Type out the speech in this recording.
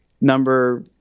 number